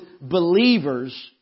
believers